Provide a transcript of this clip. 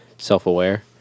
self-aware